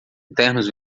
ternos